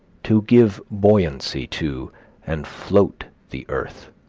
to give buoyancy to and float the earth.